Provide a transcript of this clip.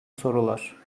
sorular